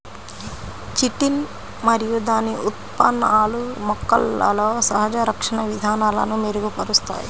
chitin మరియు దాని ఉత్పన్నాలు మొక్కలలో సహజ రక్షణ విధానాలను మెరుగుపరుస్తాయి